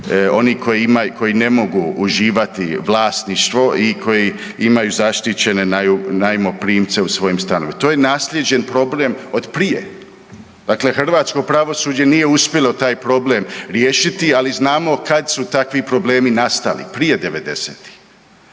oni koji ne mogu uživati vlasništvo i koji imaju zaštićene najmoprimce u svojim stanovima. To je naslijeđen problem od prije. Dakle, hrvatsko pravosuđe nije uspjelo taj problem riješiti, ali znamo kad su takvi problemi nastali, prije